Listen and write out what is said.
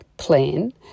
plan